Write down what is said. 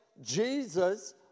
Jesus